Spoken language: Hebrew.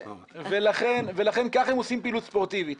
ולכן כך הם עושים פעילות ספורטיבית.